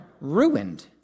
ruined